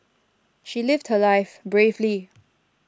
she lived her life bravely